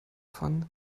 von